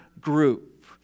group